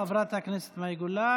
תודה, חברת הכנסת מאי גולן.